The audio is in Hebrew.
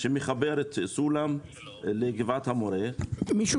שמחבר את סולם לגבעת המורה --- מישהו